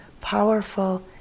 powerful